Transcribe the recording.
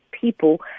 people